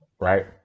right